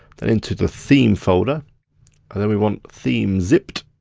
then into the theme folder and then we want themes zipped.